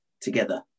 together